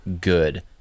good